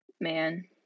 Man